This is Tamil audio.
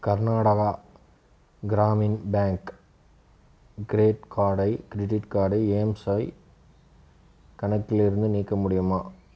கர்நாடகா கிராமின் பேங்க் கிரெட் கிரெடிட் கார்டை எம்ஸ்வைப் கணக்கிலிருந்து நீக்க முடியுமா